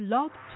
Love